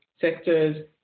sectors